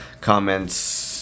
comments